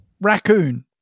raccoon